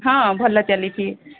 ହଁ ଭଲ ଚାଲିଛି